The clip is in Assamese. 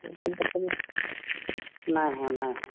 নাই হোৱা নাই হোৱা